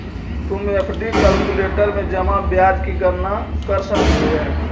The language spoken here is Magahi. तु एफ.डी कैलक्यूलेटर में जमा ब्याज की गणना कर सकलू हे